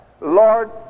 Lord